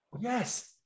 yes